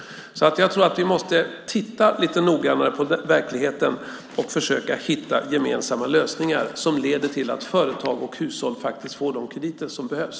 Jag tror att vi måste titta lite noggrannare på verkligheten och försöka hitta gemensamma lösningar som leder till att företag och hushåll får de krediter som behövs.